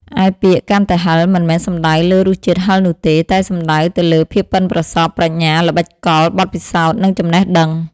ឯពាក្យ កាន់តែហឹរ មិនមែនសំដៅលើរសជាតិហឹរនោះទេ តែសំដៅទៅលើ ភាពប៉ិនប្រសប់ ប្រាជ្ញា ល្បិចកល បទពិសោធន៍ និងចំណេះដឹង។